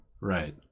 Right